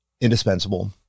indispensable